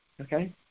Okay